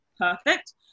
perfect